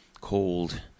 cold